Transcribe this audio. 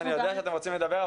אני יודע שאתם רוצים לדבר,